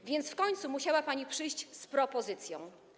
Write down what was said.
A więc w końcu musiała pani przyjść z propozycją.